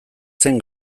zen